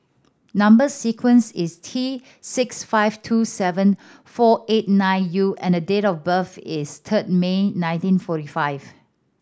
number sequence is T six five two seven four eight nine U and the date of birth is third May nineteen forty five